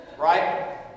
Right